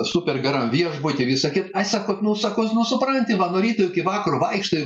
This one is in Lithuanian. super geram viešbuty visą kit ai sako nu sako nu supranti va nuo ryto iki vakaro vaikštai